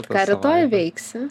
ką rytoj veiksi